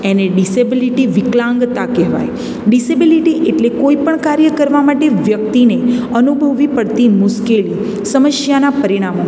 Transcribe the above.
એને ડિસેબિલિટી વિકલાંગતા કહેવાય ડિસેબિલિટી એટલે કોઈ પણ કાર્ય કરવા માટે વ્યક્તિને અનુભવવી પડતી મુશ્કેલી સમસ્યાના પરિણામો